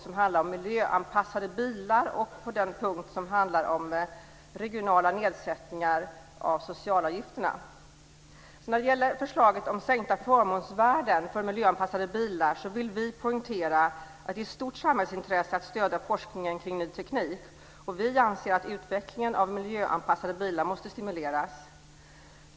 Vi anser att utvecklingen av miljöanpassade bilar måste stimuleras.